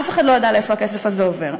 אף אחד לא ידע לאיפה הכסף הזה עובר.